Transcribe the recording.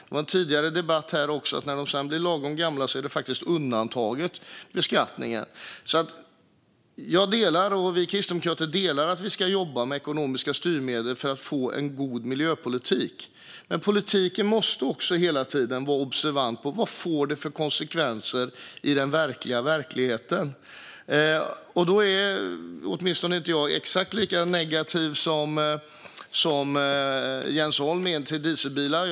Det var även en tidigare debatt här om att de faktiskt undantas från beskattningen när de blir lagom gamla. Vi kristdemokrater delar alltså uppfattningen att vi ska jobba med ekonomiska styrmedel för att få en god miljöpolitik, men politiken måste också hela tiden vara observant på vad det får för konsekvenser i den verkliga verkligheten. Och då är åtminstone jag inte riktigt lika negativt inställd till dieselbilar som Jens Holm är.